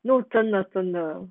no 真的真的